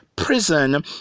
prison